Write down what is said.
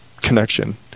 connection